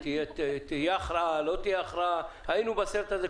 ותהיה הכרעה או לא תהיה הכרעה היינו בסרט הזה.